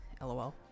LOL